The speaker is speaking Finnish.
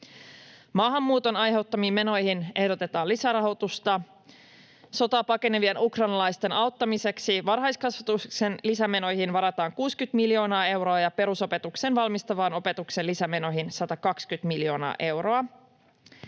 Maahanmuuton aiheuttamiin menoihin ehdotetaan lisärahoitusta. Sotaa pakenevien ukrainalaisten auttamiseksi varhaiskasvatuksen lisämenoihin varataan 60 miljoonaa euroa ja perusopetukseen valmistavan opetuksen lisämenoihin 120 miljoonaa euroa.